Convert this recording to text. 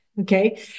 okay